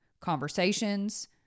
conversations